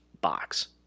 box